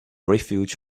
refuge